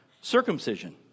circumcision